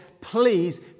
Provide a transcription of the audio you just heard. please